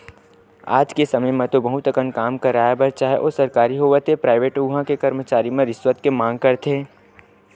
आज के समे म तो बहुत अकन काम ल करवाय बर चाहे ओ सरकारी होवय ते पराइवेट उहां के करमचारी मन रिस्वत के मांग करथे